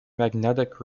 magnetic